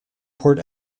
port